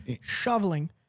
shoveling